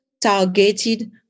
targeted